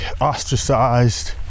ostracized